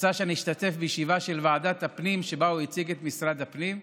רצה שאשתתף בישיבה של ועדת הפנים שבה הוא הציג את משרד הפנים.